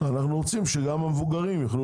אנחנו רוצים שגם למבוגרים.